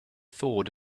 thought